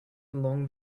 along